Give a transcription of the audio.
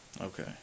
Okay